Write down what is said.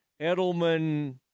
Edelman